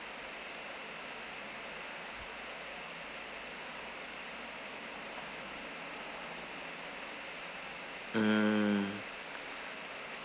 mm